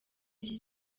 iki